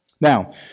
Now